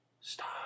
Stop